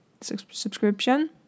subscription